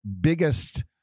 biggest